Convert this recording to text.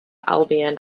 albion